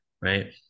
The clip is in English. right